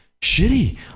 shitty